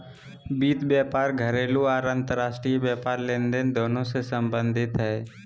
वित्त व्यापार घरेलू आर अंतर्राष्ट्रीय व्यापार लेनदेन दोनों से संबंधित हइ